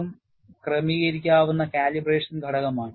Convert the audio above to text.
ഉം ക്രമീകരിക്കാവുന്ന കാലിബ്രേഷൻ ഘടകമാണ്